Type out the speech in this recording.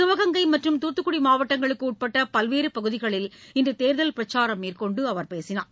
சிவகங்கை மற்றும் தூத்துக்குடிமாவட்டங்களுக்குஉட்பட்டபல்வேறுபகுதிகளில் இன்றுதேர்தல் பிரச்சாரம் மேற்கொண்டுஅவர் பேசினார்